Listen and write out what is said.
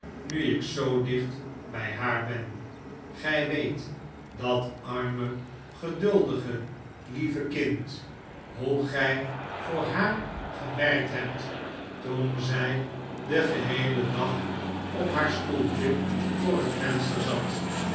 nu ik zoo dicht bij haar ben gij weet dat arme geduldige lieve kind hoe gij voor haar gewerkt hebt toen zij den geheelen dag op haar stoeltje voor het venster zat